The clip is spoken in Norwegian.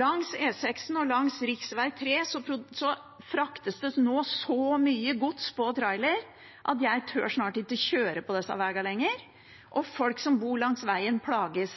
Langs E6 og langs rv. 3 fraktes det nå så mye gods på trailer at jeg tør snart ikke kjøre på disse vegene lenger. Folk som bor langs vegen, plages.